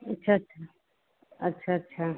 अच्छा अच्छा अच्छा अच्छा